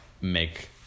make